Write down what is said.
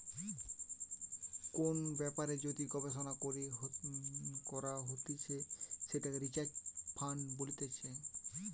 কোন ব্যাপারে যদি গবেষণা করা হতিছে সেটাকে রিসার্চ ফান্ড বলতিছে